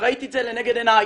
ראיתי את זה לנגד עיניי.